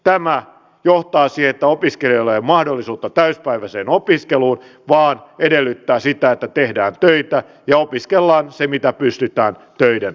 tämä johtaa siihen että opiskelijoilla ei ole mahdollisuutta täysipäiväiseen opiskeluun vaan edellyttää sitä että tehdään töitä ja opiskellaan mitä pystytään töiden ohessa